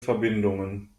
verbindungen